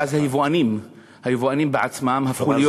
ואז היבואנים בעצמם הפכו להיות,